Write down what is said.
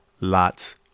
Lot's